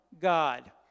God